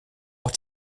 auch